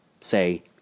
say